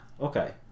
Okay